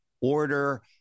order